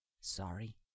Sorry